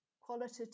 Qualitative